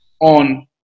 on